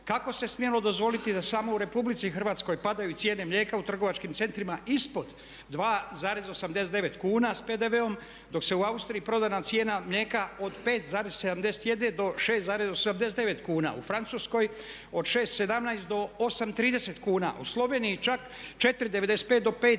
kako se smjelo dozvoliti da samo u RH padaju cijene mlijeka u trgovačkim centrima ispod 2,89 kuna s PDV-om dok se u Austriji prodajna cijena mlijeka od 5,71 do 6,79 kuna. U Francuskoj od 6,17 do 8,30 kuna, u Sloveniji čak 4,95 do 5,56